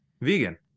Vegan